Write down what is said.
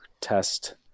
test